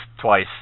twice